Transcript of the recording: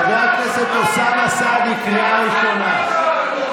חבר הכנסת אוסאמה סעדי, קריאה ראשונה.